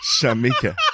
Shamika